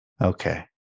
Okay